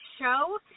show